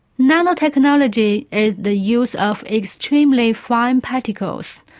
nanotechnology is the use of extremely fine particles.